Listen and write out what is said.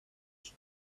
vows